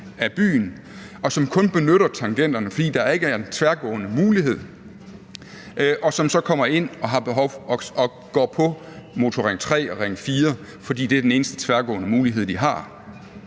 af byen, og som kun benytter tangenterne, fordi der ikke er en tværgående mulighed, og som så kommer ind og kører på Motorring 3 og Ring 4, fordi det er den eneste tværgående mulighed, de har.